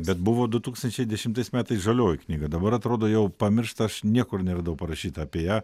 bet buvo du tūkstančiai dešimtais metais žalioji knyga dabar atrodo jau pamiršta aš niekur neradau parašyta apie ją